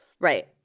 Right